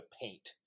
paint